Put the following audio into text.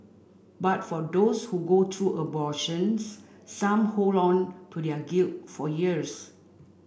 but for those who go through abortions some hold on to their guilt for years